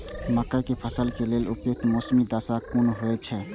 मके के फसल के लेल उपयुक्त मौसमी दशा कुन होए छै?